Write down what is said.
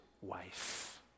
wife